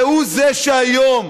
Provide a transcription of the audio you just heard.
והוא שהיום